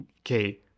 okay